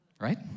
Right